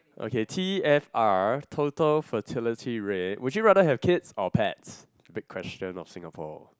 okay T_F_R total fertility rate would you rather have kids or pets big question of Singapore